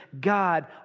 God